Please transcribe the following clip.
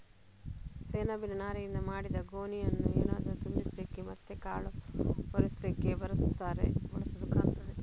ಸೆಣಬಿನ ನಾರಿನಿಂದ ಮಾಡಿದ ಗೋಣಿಯನ್ನ ಏನಾದ್ರೂ ತುಂಬಿಸ್ಲಿಕ್ಕೆ ಮತ್ತೆ ಕಾಲು ಒರೆಸ್ಲಿಕ್ಕೆ ಬಳಸುದು ಕಾಣ್ತದೆ